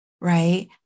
right